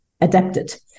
adapted